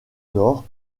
nord